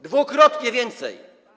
Dwukrotnie więcej.